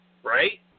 Right